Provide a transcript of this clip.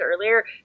earlier